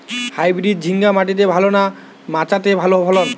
Hybrid ঝিঙ্গা মাটিতে ভালো না মাচাতে ভালো ফলন?